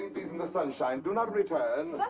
these in the sunshine. do not return.